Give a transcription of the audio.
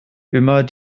immer